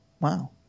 Wow